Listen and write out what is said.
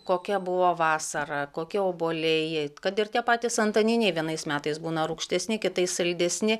kokia buvo vasara kokie obuoliai jei kad ir tie patys antaniniai vienais metais būna rūgštesni kitais saldesni